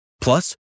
Plus